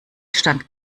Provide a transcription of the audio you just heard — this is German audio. stand